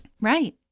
Right